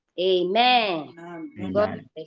amen